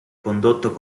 condotto